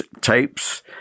tapes